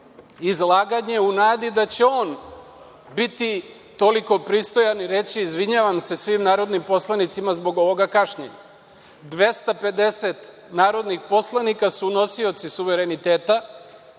izlaganje u nadi da će on biti toliko pristojan i reći – izvinjavam se svim narodnim poslanicima zbog ovog kašnjenja. Dvesta pedeset narodnih poslanika su nosioci suvereniteta.